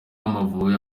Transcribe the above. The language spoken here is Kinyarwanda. amavubi